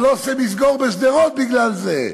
אבל "אסם" יסגור בשדרות בגלל זה,